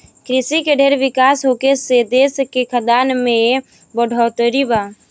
कृषि के ढेर विकास होखे से देश के खाद्यान में बढ़ोतरी बा